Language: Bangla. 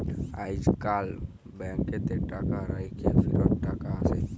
আইজকাল ব্যাংকেতে টাকা রাইখ্যে ফিরত টাকা আসে